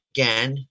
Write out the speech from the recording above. Again